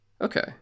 Okay